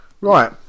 right